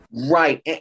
Right